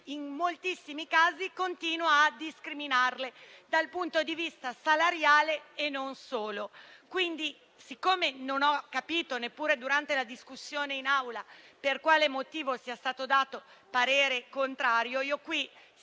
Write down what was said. in moltissimi casi continua a discriminarle dal punto di vista salariale e non solo. Siccome non ho capito neppure durante la discussione in Aula per quale motivo sia stato dato parere contrario, spero